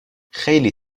خیلی